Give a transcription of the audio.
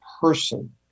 person